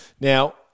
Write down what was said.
Now